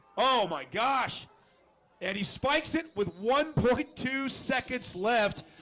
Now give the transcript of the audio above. oh my gosh and he spikes it with one point two seconds left